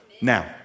Now